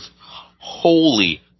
Holy